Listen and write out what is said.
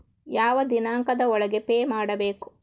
ಯಾವ ದಿನಾಂಕದ ಒಳಗೆ ಪೇ ಮಾಡಬೇಕು?